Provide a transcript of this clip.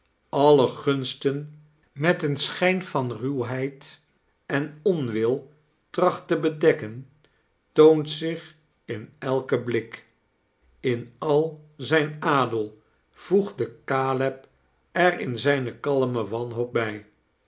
alle gunsten met een sohijn van ruwheid en onwil traoht te bedekken toont zich in elken blik in al zijn adel voegde caleb er in zijne kalme wanhoop bij